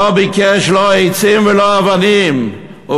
לא ביקש לא עצים ולא אבנים,